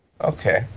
okay